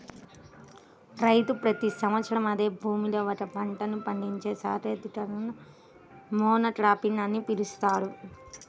రైతు ప్రతి సంవత్సరం అదే భూమిలో ఒకే పంటను పండించే సాంకేతికతని మోనోక్రాపింగ్ అని పిలుస్తారు